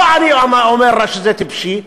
לא רק אני אומר שזה טיפשי,